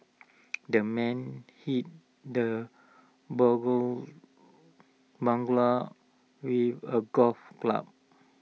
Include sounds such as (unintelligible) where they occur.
the man hit the (unintelligible) burglar with A golf club